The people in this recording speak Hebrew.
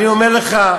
אני אומר לך,